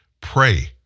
Pray